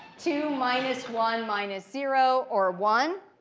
two minus one minus zero, or one.